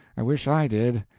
i wish i did.